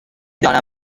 دانم